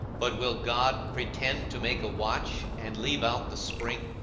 but will god pretend to make a watch, and leave out the spring?